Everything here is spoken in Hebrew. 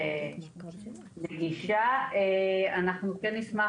אנחנו כן נשמח,